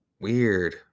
Weird